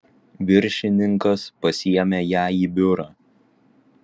viršininkas pasiėmė ją į biurą